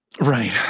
Right